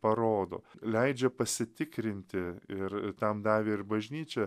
parodo leidžia pasitikrinti ir tam davė ir bažnyčią